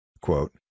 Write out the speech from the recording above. Quote